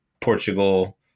Portugal